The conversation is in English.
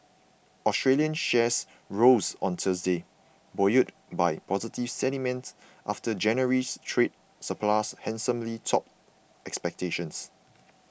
Australian shares rose on Thursday buoyed by positive sentiment after January's trade surplus handsomely topped expectations